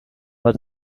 but